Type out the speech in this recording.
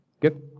Good